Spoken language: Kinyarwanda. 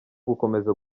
gukomeza